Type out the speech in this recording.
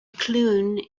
clune